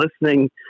listening